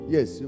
Yes